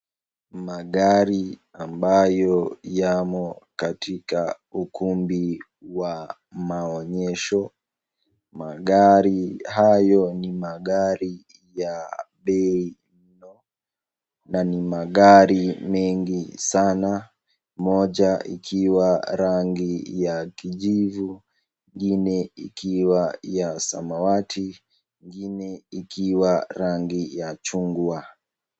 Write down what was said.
Magari ambayo yamo katika ukumbi wa maonyesho, magari hayo ni magari ya bei, na ni magari mengi sana moja ikiwa rangi ya kijivu, ngine ikiwa ya samawati, ngine ikiwa rangi ya chungwa.